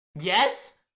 Yes